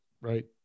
right